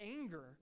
anger